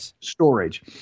storage